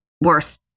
worse